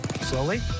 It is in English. slowly